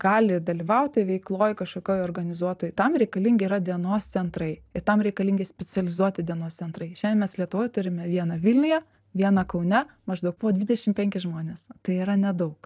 gali dalyvauti veikloj kažkokioj organizuotoj tam reikalingi yra dienos centrai ir tam reikalingi specializuoti dienos centrai šiandien mes lietuvoj turime vieną vilniuje vieną kaune maždaug po dvidešim penkis žmones tai yra nedaug